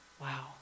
wow